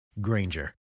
Granger